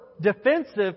defensive